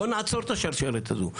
בואו נעצור את השרשרת הזו.